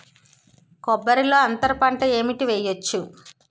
కొబ్బరి లో అంతరపంట ఏంటి వెయ్యొచ్చు?